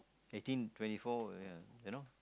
I think twenty four ya you know